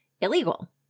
illegal